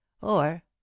Or